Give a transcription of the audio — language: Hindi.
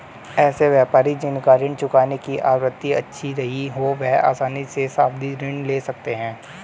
ऐसे व्यापारी जिन का ऋण चुकाने की आवृत्ति अच्छी रही हो वह आसानी से सावधि ऋण ले सकते हैं